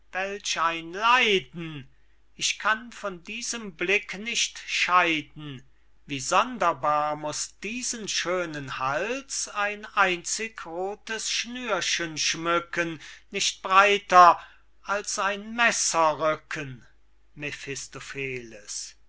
welch ein leiden ich kann von diesem blick nicht scheiden wie sonderbar muß diesen schönen hals ein einzig rothes schnürchen schmücken nicht breiter als ein messerrücken